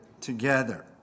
together